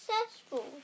successful